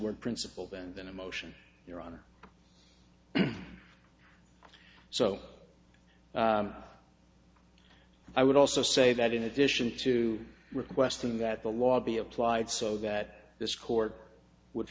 word principle than than emotion your honor so i would also say that in addition to requesting that the law be applied so that this court would